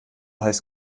heiß